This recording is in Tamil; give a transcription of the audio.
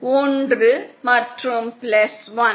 ஒன்று மற்றும் பிளஸ் ஒன்